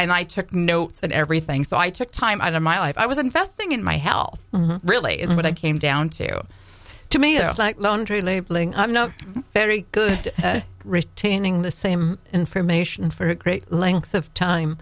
and i took notes on everything so i took time out of my life i was investing in my health really is what i came down to to me it was like laundry labeling i'm not very good retaining the same information for a great length of time